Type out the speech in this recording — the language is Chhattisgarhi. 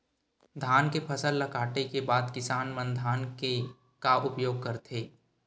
धान के फसल ला काटे के बाद किसान मन धान के का उपयोग करथे?